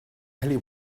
ellie